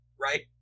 Right